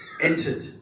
entered